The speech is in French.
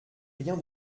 rien